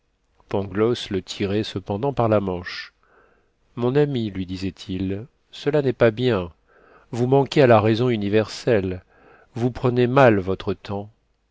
pangloss le tirait cependant par la manche mon ami lui disait-il cela n'est pas bien vous manquez à la raison universelle vous prenez mal votre temps